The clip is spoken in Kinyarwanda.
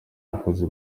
abakozi